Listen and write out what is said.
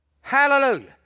Hallelujah